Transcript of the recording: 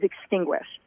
extinguished